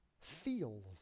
feels